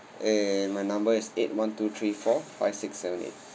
and my number is eight one two three four five six seven eight